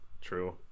True